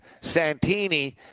Santini